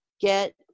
get